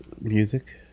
music